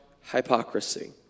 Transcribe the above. hypocrisy